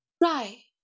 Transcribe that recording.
Right